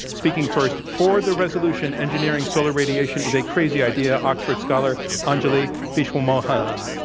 speaking first for the resolution, engineering solar radiation is a crazy idea, oxford scholar, anjali viswamohanan.